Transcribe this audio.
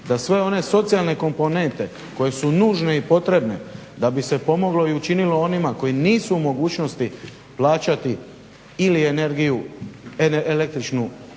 da sve one socijalne komponente koje su nužne i potrebne da bi se pomoglo i učinilo onima koji nisu u mogućnosti plaćati ili električnu